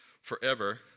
forever